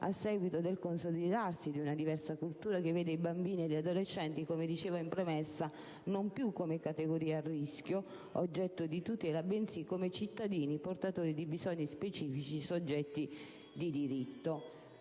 a seguito del consolidarsi di una diversa cultura che vede i bambini e gli adolescenti non più come categoria a rischio, oggetto di tutela, bensì come cittadini portatori di bisogni specifici e soggetti di diritto.